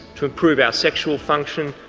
to improve our sexual function,